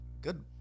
Good